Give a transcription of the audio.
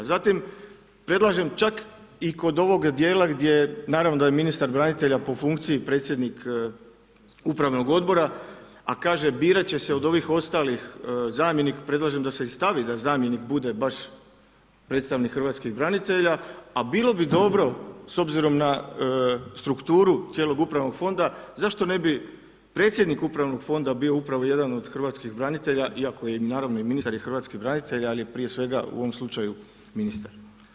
Zatim, predlažem čak i kod ovog dijela gdje, naravno da je ministar branitelja po funkciji predstavnik upravnog odbora a kaže birati će se od ovih ostalih zamjenik, predlažem da se i stavi da zamjenik bude baš predstavnik hrvatskih branitelja a bilo bi dobro s obzirom na strukturu cijelog upravnog fonda zašto ne bi predsjednik upravnog Fonda bio upravo jedan od hrvatskih branitelja, iako im, naravno i ministar je hrvatski branitelj, ali je prije svega u ovom slučaju ministar.